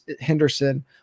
henderson